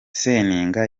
seninga